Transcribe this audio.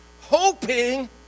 hoping